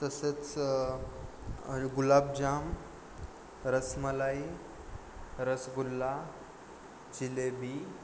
तसेच गुलाबजाम रसमलाई रसगुल्ला जिलेबी